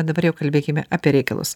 dabar jau kalbėkime apie reikalus